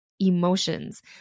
emotions